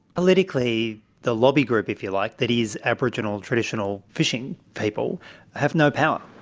politically the lobby group, if you like, that is aboriginal traditional fishing people have no power.